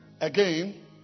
Again